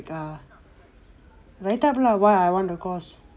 ah write up lah why I want the course